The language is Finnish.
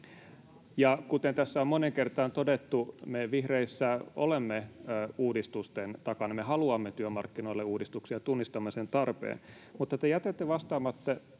Kuten tässä on moneen kertaan todettu, me vihreissä olemme uudistusten takana. Me haluamme työmarkkinoille uudistuksia ja tunnistamme niiden tarpeen. Mutta te jätätte toistuvasti